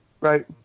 Right